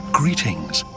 greetings